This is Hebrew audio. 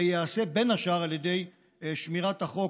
זה ייעשה בין השאר על ידי שמירת החוק.